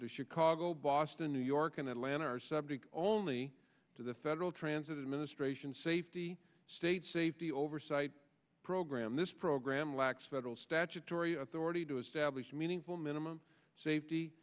to chicago boston new york and atlanta are subject only to the federal transit administration safety state safety oversight program this program lacks federal statutory authority to establish meaningful minimum safety